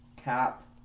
Cap